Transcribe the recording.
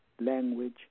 language